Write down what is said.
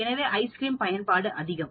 எனவே ஐஸ்க்ரீம் பயன்பாடு அதிகம்